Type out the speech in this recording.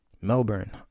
Melbourne